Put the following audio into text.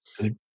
Good